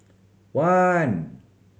one